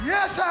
Yes